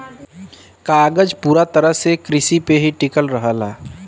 कागज पूरा तरह से किरसी पे ही टिकल रहेला